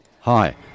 Hi